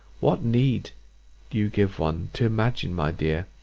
what need you give one to imagine, my dear,